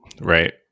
Right